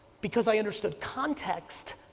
because i understood context,